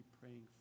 praying